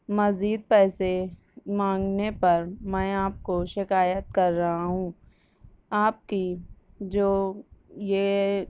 مزید پیسے مانگنے پر میں آپ کو شکایت کر رہا ہوں آپ کی جو یہ